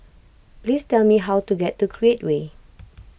please tell me how to get to Create Way